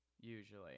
usually